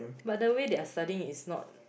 but the way they're studying is not